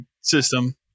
system